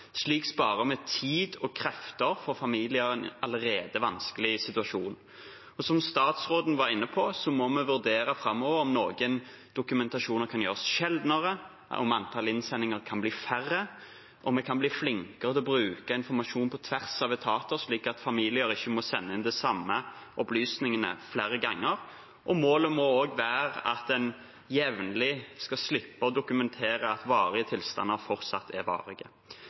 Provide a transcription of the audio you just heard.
Slik sparer vi tid og krefter for familier i en allerede vanskelig situasjon. Som statsråden var inne på, må vi vurdere framover om noe dokumentasjon kan skje sjeldnere, om antall innsendinger kan bli færre, og om vi kan bli flinkere til å bruke informasjon på tvers av etater, slik at familier ikke må sende inn de samme opplysningene flere ganger. Målet må også være at en skal slippe å dokumentere jevnlig at varige tilstander fortsatt er varige.